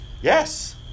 Yes